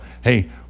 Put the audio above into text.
Hey